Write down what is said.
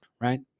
right